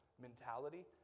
Mentality